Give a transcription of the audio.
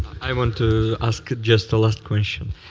i wanted to ask just a last question.